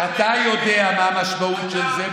ואתה יודע מה המשמעות של זה,